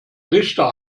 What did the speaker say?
richter